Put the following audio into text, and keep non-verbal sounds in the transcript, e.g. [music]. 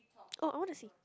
[noise] oh I want to see